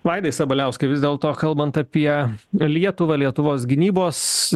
vaidai sabaliauskai vis dėlto kalbant apie lietuvą lietuvos gynybos